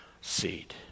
seed